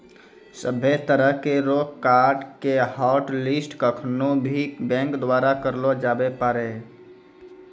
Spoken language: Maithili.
सभ्भे तरह रो कार्ड के हाटलिस्ट केखनू भी बैंक द्वारा करलो जाबै पारै